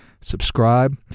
Subscribe